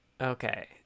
Okay